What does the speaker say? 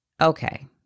Okay